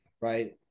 right